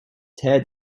tear